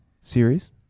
series